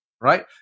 right